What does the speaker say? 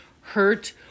hurt